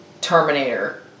Terminator